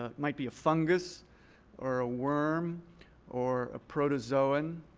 ah might be a fungus or a worm or a protozoan